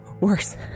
worse